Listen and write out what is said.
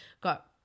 got